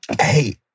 Hey